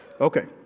Okay